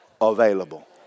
available